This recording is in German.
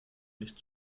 nicht